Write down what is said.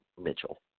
Mitchell